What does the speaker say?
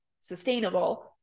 sustainable